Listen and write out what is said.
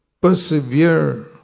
persevere